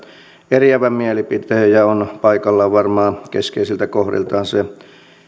eriävän mielipiteen ja ja on paikallaan varmaan keskeisiltä kohdiltaan se